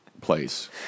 place